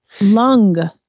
Lung